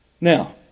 Now